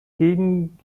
gegen